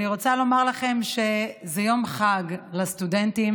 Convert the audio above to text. אני רוצה לומר לכם שזה יום חג לסטודנטים.